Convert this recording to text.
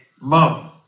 mom